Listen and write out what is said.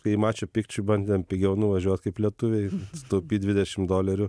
kai į maču pikču bandėm pigiau nuvažiuot kaip lietuviai sutaupyt dvidešim dolerių